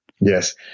Yes